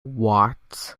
watts